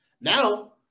Now